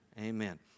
amen